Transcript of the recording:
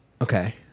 Okay